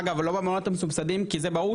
אגב לא במעונות המסובסדים כי זה ברור